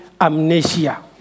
amnesia